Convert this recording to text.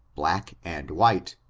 black, and white,